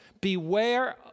Beware